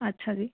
ਅੱਛਾ ਜੀ